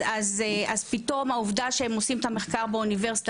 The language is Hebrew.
אז פתאום העובדה שהם עושים את המחקר באוניברסיטה